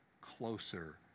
closer